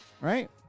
Right